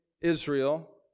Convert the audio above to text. Israel